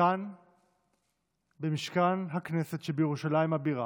מכאן במשכן הכנסת שבירושלים הבירה,